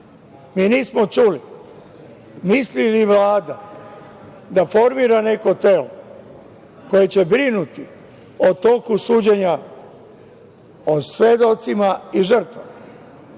Mi nismo čuli misli li Vlada da formira neko telo koje će brinuti o toku suđenja o svedocima i žrtvama? Znate,